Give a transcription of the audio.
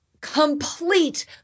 complete